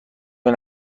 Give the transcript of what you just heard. این